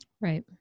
Right